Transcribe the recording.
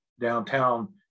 downtown